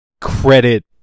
credit